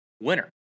winner